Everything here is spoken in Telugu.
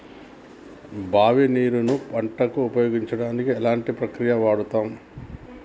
బావి నీరు ను పంట కు ఉపయోగించడానికి ఎలాంటి ప్రక్రియ వాడుతం?